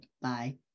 Bye